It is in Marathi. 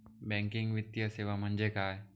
बँकिंग वित्तीय सेवा म्हणजे काय?